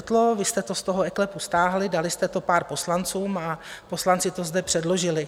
Vy jste to z toho eKLEPu stáhli, dali jste to pár poslancům a poslanci to zde předložili.